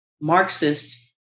Marxist